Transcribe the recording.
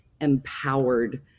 empowered